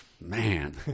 Man